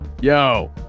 Yo